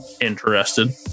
interested